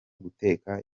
guteka